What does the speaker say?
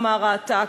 אמר העתק,